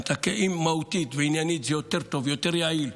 אם מהותית ועניינית זה יותר טוב ויותר יעיל,